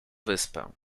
wyspę